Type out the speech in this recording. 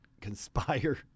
conspire